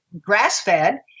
grass-fed